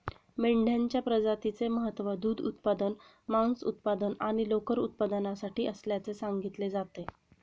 मेंढ्यांच्या प्रजातीचे महत्त्व दूध उत्पादन, मांस उत्पादन आणि लोकर उत्पादनासाठी असल्याचे सांगितले जाते